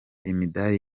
imidali